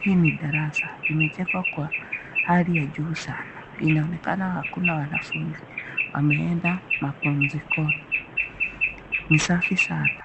Hii ni darasa imejengwa kwa hali ya juu sana, inaonekana hakuna wanafuzi, wameenda mapumzikoni. Ni safi sana,